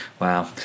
Wow